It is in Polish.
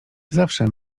zawsze